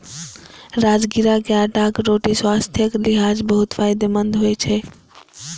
राजगिरा के आटाक रोटी स्वास्थ्यक लिहाज बहुत फायदेमंद होइ छै